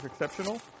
exceptional